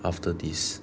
after this